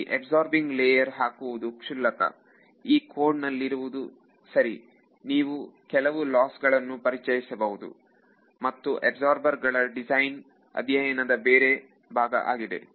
ಇಲ್ಲಿ absorbing layer ಹಾಕುವುದು ಕ್ಷುಲ್ಲಕ ಈ ಕೋಡ್ ನಲ್ಲಿರುವುದು ಸರಿ ನೀವು ಕೆಲವು ಲಾಸ್ ಗಳನ್ನು ಪರಿಚಯಿಸಬೇಕು ಮತ್ತು ಅಬ್ಸಾರ್ಬರ್ ಗಳ ಈ ಡಿಸೈನ್ ಅಧ್ಯಯನದ ಬೇರೆನೆ ಭಾಗ ಆಗಿದೆ